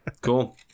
Cool